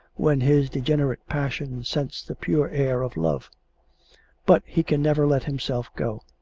when his degenerate passion scents the pure air of love but he can never let himself go.